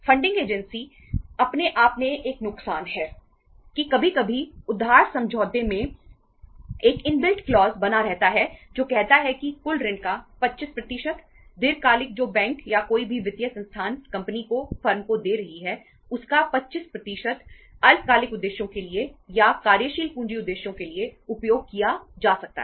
funding agency बना रहता है जो कहता है कि कुल ऋण का 25 दीर्घकालिक जो बैंक या कोई वित्तीय संस्थान कंपनी को फर्म को दे रही है उसका 25 अल्पकालिक उद्देश्यों के लिए या कार्यशील पूंजी उद्देश्यों के लिए उपयोग किया जा सकता है